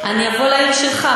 אני אבוא לעיר שלך.